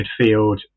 midfield